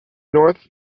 north